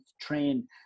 train